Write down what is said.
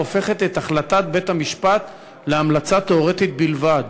והופכת את החלטת בית-המשפט להמלצה תיאורטית בלבד.